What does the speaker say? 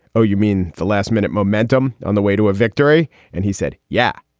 oh, you mean the last minute momentum on the way to a victory? and he said, yeah,